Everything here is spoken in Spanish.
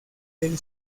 del